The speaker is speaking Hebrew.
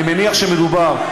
אני מניח שמדובר,